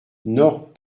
nord